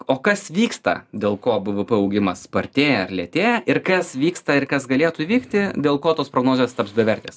o kas vyksta dėl ko buvo b v p augimas spartėja ar lėtėja ir kas vyksta ir kas galėtų įvykti dėl ko tos prognozės taps bevertės